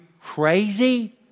crazy